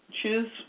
choose